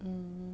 hmm